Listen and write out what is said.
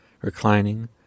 reclining